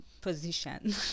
position